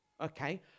okay